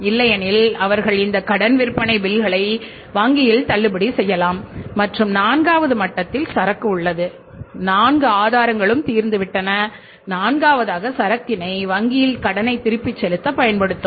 இல்லையெனில் அவர்கள் இந்த கடன் விற்பனை பில்களை வங்கியில் தள்ளுபடி செய்யலாம் மற்றும் நான்காவது மட்டத்தில் சரக்கு உள்ளது நான்கு ஆதாரங்களும் தீர்ந்துவிட்டன நான்காவது சரக்கினை வங்கியின் கடனைத் திருப்பிச் செலுத்தப் பயன்படுத்தும்